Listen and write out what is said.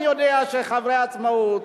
אני יודע שחברי העצמאות,